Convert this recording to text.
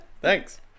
Thanks